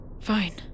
Fine